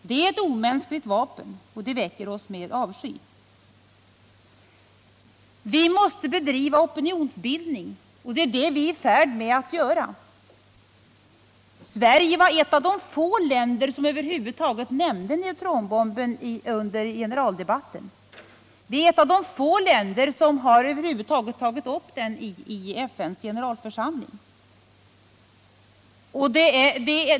Det är ett omänskligt vapen, och det väcker avsky hos oss. Vi måste bedriva opinionsbildning, och det är det vi är i färd med att göra. Sverige var ett av de få länder som över huvud taget nämnde neutronbomben under generaldebatten, och vi är ett av de få länder som över huvud taget har tagit upp frågan om neutronbomben i FN:s generalförsamling.